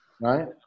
Right